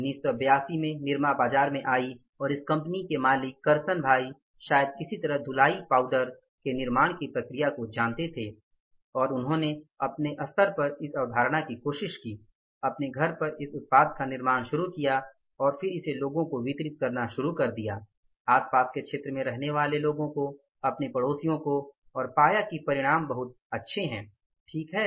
1982 में निरमा बाजार में आई और इस कंपनी के मालिक करसन भाई शायद किसी तरह धुलाई पाउडर के निर्माण की प्रक्रिया को जानते थे और उन्होंने अपने स्तर पर इस अवधारणा की कोशिश की अपने घर पर इस उत्पाद का निर्माण शुरू किया और फिर इसे लोगों को वितरित करना शुरू कर दिया आसपास के क्षेत्र में रहने वाले लोगों को अपने पड़ोसियों को और पाया की परिणाम बहुत बहुत अच्छे है ठीक है